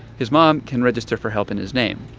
his mom can register for help in his name.